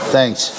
Thanks